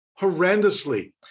horrendously